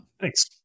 Thanks